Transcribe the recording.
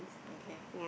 okay